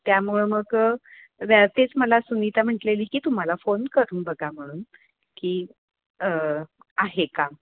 त्यामुळं मग व्या तेच मला सुनीता म्हटलेली की तुम्हाला फोन करून बघा म्हणून की न आहे का